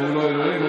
והוא לא אלוהים,